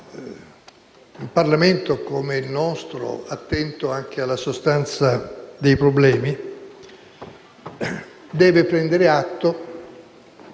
un Parlamento come il nostro, attento anche alla sostanza dei problemi, deve prendere atto